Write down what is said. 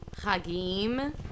Hagim